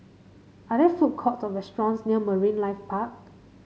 are there food courts or restaurants near Marine Life Park